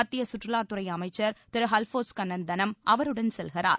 மத்திய கற்றுவாத்துறை அமைச்சர் திரு அல்போன்ஸ் கண்ணன்தனம் அவருடன் செல்கிறார்